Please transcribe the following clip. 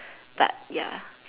but ya